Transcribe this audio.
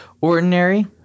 ordinary